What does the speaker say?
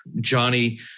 Johnny